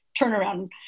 turnaround